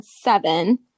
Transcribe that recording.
seven